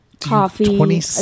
Coffee